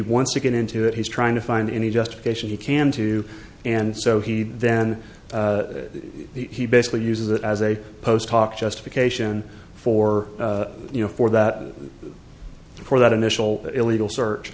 wants to get into it he's trying to find any justification he can to and so he then he basically uses that as a post hoc justification for you know for that for that initial illegal search